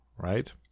Right